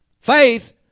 Faith